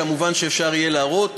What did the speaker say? כמובן אפשר יהיה להראות,